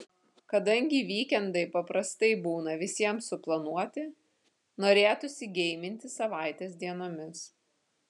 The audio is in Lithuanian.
kadangi vykendai paprastai būna visiems suplanuoti norėtųsi geiminti savaitės dienomis